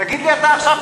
תגיד לי מתי.